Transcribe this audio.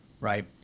right